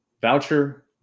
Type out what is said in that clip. voucher